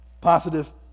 positive